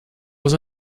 was